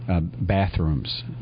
bathrooms